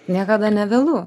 niekada nevėlu